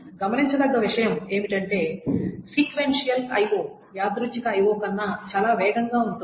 గమనించదగ్గ విషయం ఏమిటంటే సీక్వెన్షియల్ I O యాదృచ్ఛిక I O కన్నా చాలా వేగంగా ఉంటుంది